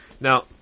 Now